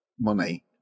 money